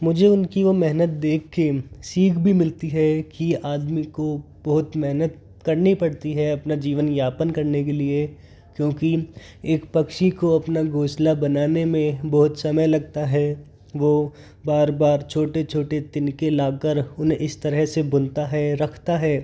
मुझे इनकी वो मेहनत देख के सीख भी मिलती है कि आदमी को बहुत मेहनत करनी पड़ती है अपना जीवन यापन करने के लिए क्योंकि एक पक्षी को अपना घोंसला बनाने में बहुत समय लगता है वो बार बार छोटे छोटे तिनके लाकर उन्हें इस तरह से बुनता है रखता है